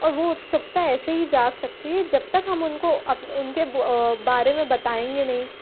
और वो उत्सुकता ऐसे ही जाग सकती जब तक हम उनको उनके बारे में बताएंगे नहीं